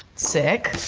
sick.